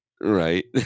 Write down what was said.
Right